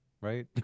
right